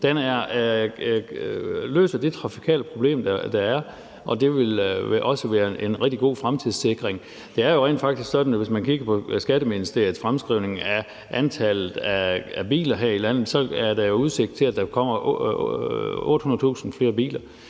Den løser det trafikale problem, der er, og det vil også være en rigtig god fremtidssikring. Det er jo rent faktisk sådan, at hvis man kigger på Skatteministeriets fremskrivning af antallet af biler her i landet, er der udsigt til, at der kommer 800.000 flere biler,